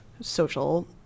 social